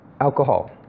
alcohol